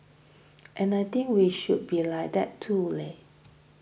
and I think we should be like that too leh